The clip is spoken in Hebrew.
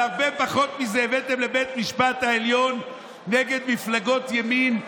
על הרבה פחות מזה הבאתם לבית המשפט העליון נגד מפלגות ימין,